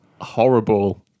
horrible